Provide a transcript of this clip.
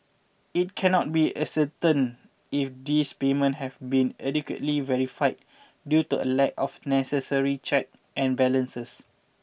it cannot be ascertained if these payment have been adequately verified due to a lack of necessary check and balances